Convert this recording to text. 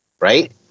right